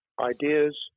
Ideas